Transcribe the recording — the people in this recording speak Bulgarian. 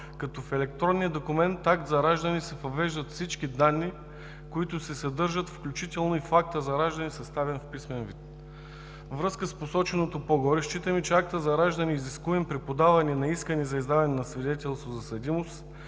като в електронния документ „акт за раждане“ се въвеждат всички данни, които се съдържат, включително и в акта за раждане, съставен в писмен вид. Във връзка с посоченото по-горе считаме, че актът за раждане е изискуем при подаване на искане за издаване на свидетелство за съдимост